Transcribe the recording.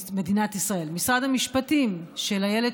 "מדינת ישראל"; משרד המשפטים של איילת